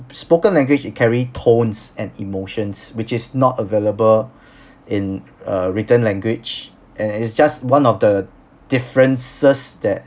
spoken language it carry tones and emotions which is not available in a written language and it's just one of the differences that